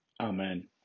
Amen